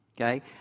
Okay